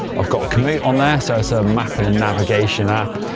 i've got commute on there, so it's a mapping and navigation app.